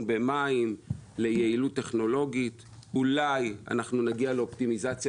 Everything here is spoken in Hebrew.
במים וליעילות טכנולוגית; אולי אנחנו נגיע לאופטימיזציה